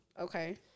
Okay